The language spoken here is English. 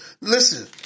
Listen